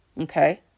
okay